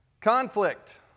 Conflict